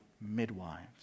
midwives